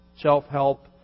Self-help